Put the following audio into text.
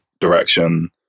direction